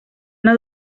una